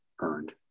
earned